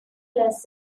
was